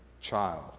child